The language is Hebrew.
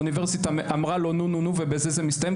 האוניברסיטה אמרה לו נו-נו-נו ובזה זה מסתיים,